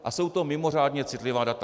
A jsou to mimořádně citlivá data.